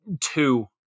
two